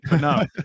No